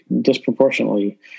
disproportionately